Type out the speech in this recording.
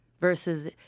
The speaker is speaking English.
versus